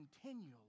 continually